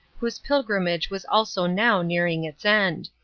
whose pilgrimage was also now nearing its end.